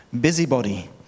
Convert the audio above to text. busybody